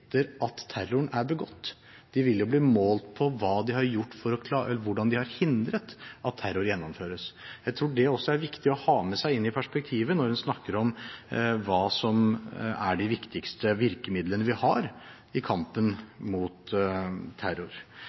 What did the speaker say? at terroren er begått, de vil bli målt på hvordan de har hindret at terror gjennomføres. Jeg tror det også er viktig å ha med seg inn i perspektivet når en snakker om hva som er de viktigste virkemidlene vi har i kampen mot terror.